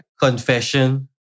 Confession